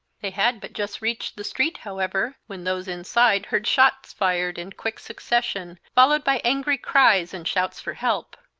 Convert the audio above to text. they had but just reached the street, however, when those inside heard shots fired in quick succession, followed by angry cries and shouts for help.